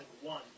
one